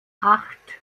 acht